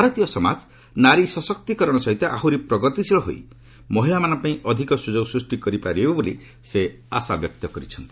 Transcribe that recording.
ଭାରତୀୟ ସମାଜ ନାରୀ ସଶକ୍ତିକରଣ ସହିତ ଆହୁରି ପ୍ରଗତିଶୀଳ ହୋଇ ମହିଳାମାନଙ୍କ ପାଇଁ ଅଧିକ ସୁଯୋଗ ସୃଷ୍ଟି କରିପାରିବ ବୋଲି ସେ ଆଶା ବ୍ୟକ୍ତ କରିଚ୍ଚନ୍ତି